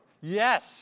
Yes